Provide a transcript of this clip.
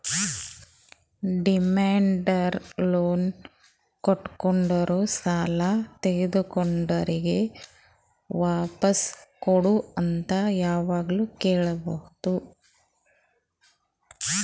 demand loan ಕೊಟ್ಟೋರು ಸಾಲ ತಗೊಂಡೋರಿಗ್ ವಾಪಾಸ್ ಕೊಡು ಅಂತ್ ಯಾವಾಗ್ನು ಕೇಳ್ಬಹುದ್